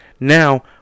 Now